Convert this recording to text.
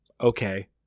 okay